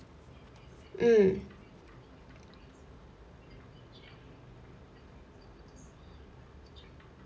mm